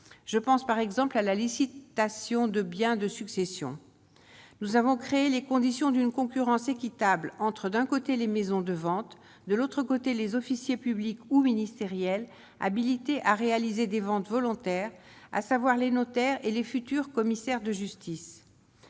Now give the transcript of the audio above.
je pense par exemple à la licitation de biens de succession, nous avons créé les conditions d'une concurrence équitable entre d'un côté, les maisons de vente de l'autre côté les officier public ou ministériel habilité à réaliser des ventes volontaires, à savoir les notaires et les futurs commissaires de justice